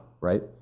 Right